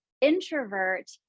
introvert